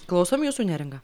klausom jūsų neringa